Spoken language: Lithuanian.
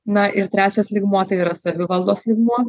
na ir trečias lygmuo tai yra savivaldos lygmuo